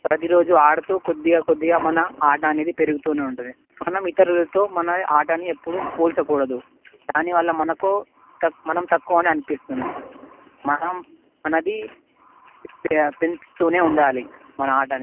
ప్రతిరోజు ఆడుతు కొద్దిగా కొద్దిగా మన ఆట అనేది పెరుగుతు ఉంటుంది మనం ఇతరులతో మన ఆటని ఎప్పుడు పోల్చకూడదు దాని వల్ల మనకు తక్కు మనం తక్కువ అని అనిపిస్తుంది మనం మనది పెంచుతు ఉండాలి మన ఆటని